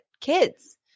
kids